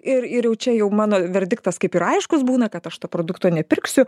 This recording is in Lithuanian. ir ir jau čia jau mano verdiktas kaip ir aiškus būna kad aš to produkto nepirksiu